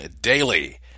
Daily